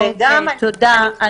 תודה.